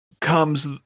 comes